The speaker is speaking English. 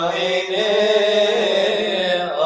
a